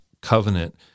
covenant